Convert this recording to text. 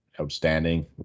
outstanding